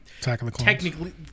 technically